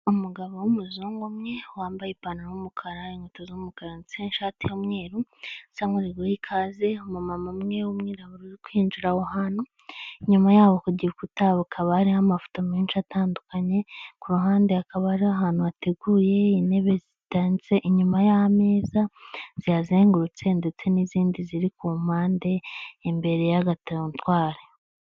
Umugabo w'umuzungu umwe wambaye ipantaro yumukara inkweto z'umukara ndetse n'ishati y'umweru usa nk'uri guha ikaze umumama umwe urimo kwinjira ahohantu, inyuma yaho ku gikuta hakaba hariho amafoto menshi atandukanye, ku ruhande ha akaba ari ahantu hateguye intebe zitondetse inyuma y'ameza ziyazengurutse ndetse n'izindi ziri ku mpande imbere y'agateretwari.